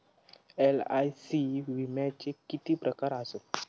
LIC विम्याचे किती प्रकार आसत?